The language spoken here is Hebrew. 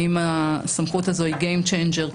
האם היא גיים צ'נג'ר,